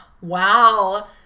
Wow